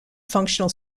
functional